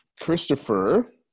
Christopher